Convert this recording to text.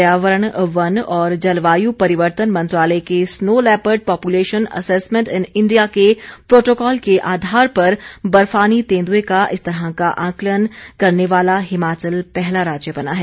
पर्यावरण वन और जलवायु परिवर्तन मन्त्रालय के snow leopard population assessment in India के प्रोटोकोल के आधार पर बर्फानी तेन्दुए का इस तरह का आंकलन करने वाला हिमाचल पहला राज्य बना है